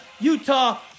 Utah